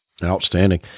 outstanding